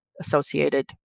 associated